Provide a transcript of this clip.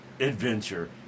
adventure